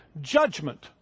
judgment